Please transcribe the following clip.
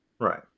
right